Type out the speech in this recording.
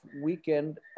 weekend